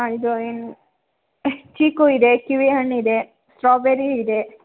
ಇದು ಏನು ಚೀಕು ಇದೆ ಕಿವಿ ಹಣ್ಣು ಇದೆ ಸ್ಟ್ರಾಬೆರಿ ಇದೆ